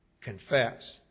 confess